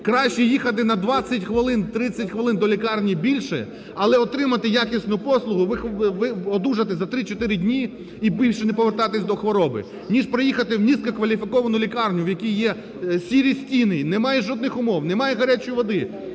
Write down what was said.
Краще їхати на 20 хвилин, 30 хвилин до лікарні більше, але отримати якісну послугу, одужати за 3-4 дні і більше не повертатись до хвороби, ніж приїхати в низькокваліфіковану лікарню, в якій є сірі стіни, немає жодних умов, немає гарячої води,